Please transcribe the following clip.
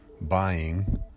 buying